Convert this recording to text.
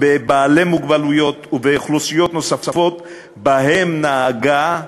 בבעלי מוגבלויות ובאוכלוסיות נוספות שבהן נהגה,